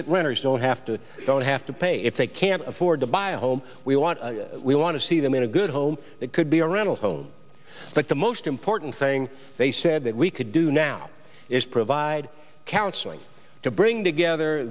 that renters don't have to don't have to pay if they can't afford to buy a home we want we want to see them in a good home that could be around a home but the most important thing they said that we could do now is provide counseling to bring together